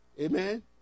Amen